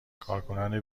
کارکنان